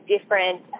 different